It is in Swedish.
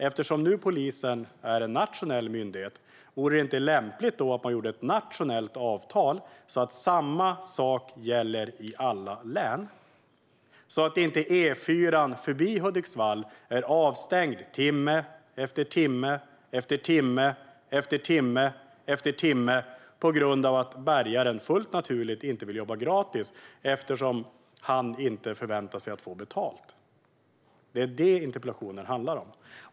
Eftersom polisen är en nationell myndighet undrar jag: Vore det inte lämpligt att man gjorde ett nationellt avtal så att samma sak gäller i alla län? Vore inte det lämpligt, så att inte E4:an förbi Hudiksvall är avstängd timme efter timme efter timme på grund av att bärgaren, fullt naturligt, inte vill jobba gratis och inte förväntar sig att få betalt? Det är det interpellationen handlar om.